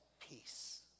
peace